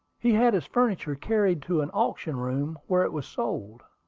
he had his furniture carried to an auction-room, where it was sold.